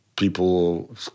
People